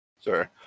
Sorry